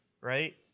right